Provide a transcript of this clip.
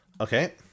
okay